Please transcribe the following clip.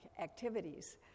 activities